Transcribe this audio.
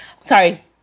sorry